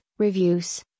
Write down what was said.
reviews